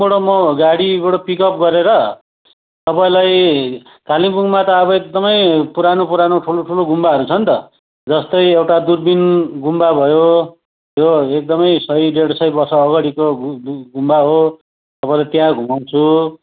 तपाईँलाई कालिम्पोङमा त एकदमै पुरानो पुरानो ठुलो ठुलो गुम्बाहरू छ नि त जस्तै एउटा दुर्पिन गुम्बा भयो यो एकदमै सय डेढ सय वर्ष अगाडिको गु गु गुम्बा हो तपाईँलाई त्यहाँ घुमाउँछु